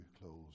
close